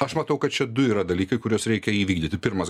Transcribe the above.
aš matau kad čia du yra dalykai kuriuos reikia įvykdyti pirmas